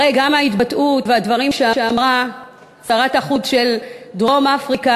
הרי גם ההתבטאות והדברים שאמרה שרת החוץ של דרום-אפריקה,